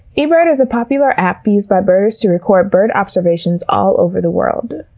ebird is a popular app used by birders to record bird observations all over the world.